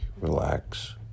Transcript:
relax